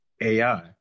AI